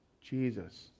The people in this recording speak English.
Jesus